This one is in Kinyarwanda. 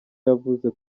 yavuze